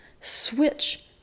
switch